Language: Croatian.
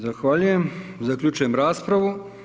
Zahvaljujem, zaključujem raspravu.